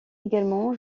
également